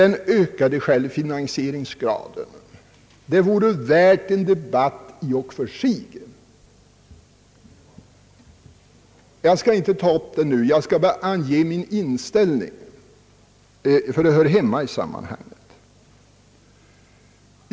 Den ökade självfinansieringsgraden vore i och för sig värd en debatt. Jag skall inte ta upp den nu utan bara ange min inställning, ty den hör hemma i sammanhanget.